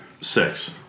Six